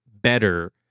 better